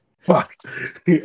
Fuck